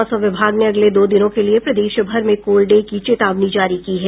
मौसम विभाग ने अगले दो दिनों के लिए प्रदेशभर में कोल्ड डे की चेतावनी जारी की है